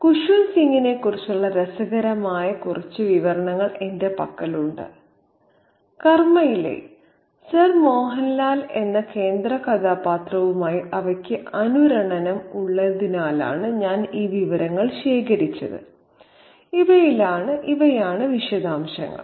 ഖുസ്വന്ത് സിങ്ങിനെക്കുറിച്ചുള്ള രസകരമായ കുറച്ച് വിവരണങ്ങൾ എന്റെ പക്കലുണ്ട് കർമയിലെ സർ മോഹൻലാൽ എന്ന കേന്ദ്രകഥാപാത്രവുമായി അവയ്ക്ക് അനുരണനം ഉള്ളതിനാലാണ് ഞാൻ ഈ വിവരങ്ങൾ ശേഖരിച്ചത് ഇവയാണ് വിശദാംശങ്ങൾ